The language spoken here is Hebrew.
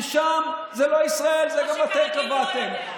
כי שם זה לא ישראל, את זה גם אתם קבעתם.